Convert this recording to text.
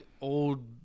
old